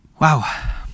Wow